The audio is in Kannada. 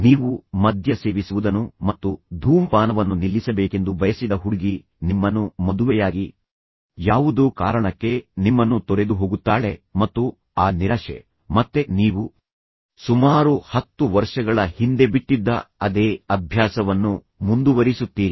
ನೀವು ಮದ್ಯ ಸೇವಿಸುವುದನ್ನು ಮತ್ತು ಧೂಮಪಾನವನ್ನು ನಿಲ್ಲಿಸಬೇಕೆಂದು ಬಯಸಿದ ಹುಡುಗಿ ನಿಮ್ಮನ್ನು ಮದುವೆಯಾಗಿ ಯಾವುದೋ ಕಾರಣಕ್ಕೆ ನಿಮ್ಮನ್ನು ತೊರೆದು ಹೋಗುತ್ತಾಳೆ ಮತ್ತು ಆ ನಿರಾಶೆ ಹತಾಶೆ ಮತ್ತು ಕೋಪದ ಕ್ಷಣ ಮತ್ತೆ ನೀವು ಸುಮಾರು 10 ವರ್ಷಗಳ ಹಿಂದೆ ಬಿಟ್ಟಿದ್ದ ಅದೇ ಅಭ್ಯಾಸವನ್ನು ಮುಂದುವರಿಸುತ್ತೀರಿ